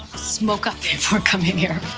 smoke up before coming here?